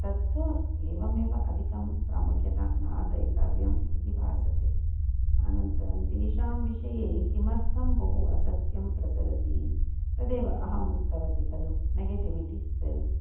तत् एवमेव अधिकं प्रामुख्यता नादयितव्या इति भासते अनन्तरं तेषां विषये किमर्थं बहु असत्यं प्रसरति तदेव अहम् उक्तवती खलु नेगेटिविटिस् सेल्स्